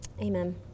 Amen